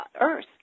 earth